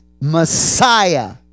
Messiah